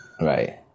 right